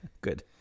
Good